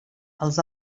els